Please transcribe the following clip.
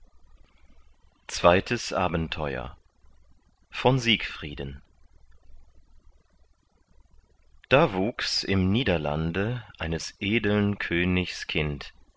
zweites abenteuer von siegfrieden da wuchs im niederlande eines edeln königs